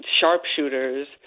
sharpshooters